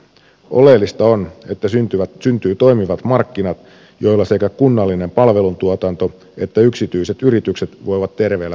oleellista on että syntyy toimivat markkinat joilla sekä kunnallinen palveluntuotanto että yksityiset yritykset voivat terveellä tavalla kilpailla